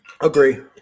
Agree